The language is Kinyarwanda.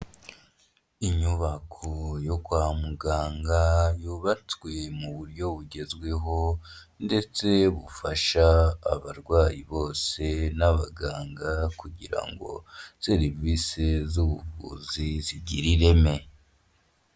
Inyubako yo kwa muganga yubatswe mu buryo bugezweho ndetse bufasha abarwayi bose n'abaganga kugira ngo serivisi z'ubuvuzi zigire ireme.